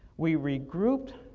we regrouped,